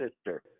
sister